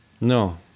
No